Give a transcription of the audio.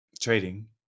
Trading